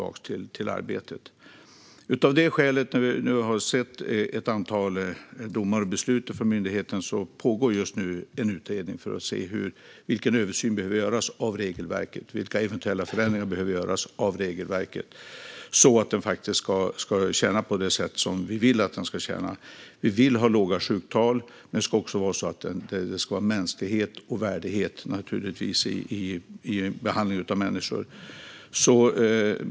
Av det skälet pågår just nu, när vi har sett ett antal domar och beslut från myndigheten, en utredning för att se vilken översyn och vilka eventuella förändringar som behöver göras av regelverket så att sjukförsäkringen ska tjäna på det sätt som vi vill att den ska tjäna på. Vi vill ha låga sjuktal, men vi vill naturligtvis också ha mänsklighet och värdighet i behandlingen av människor.